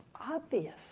obvious